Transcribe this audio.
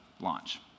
launch